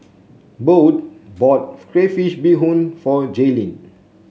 Bode bought Crayfish Beehoon for Jalyn